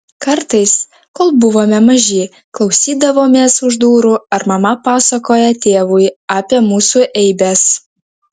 kartais kol buvome maži klausydavomės už durų ar mama pasakoja tėvui apie mūsų eibes